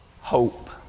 Hope